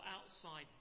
outside